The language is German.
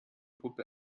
puppe